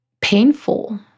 painful